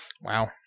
wow